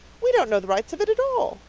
we don't know the rights of it at all.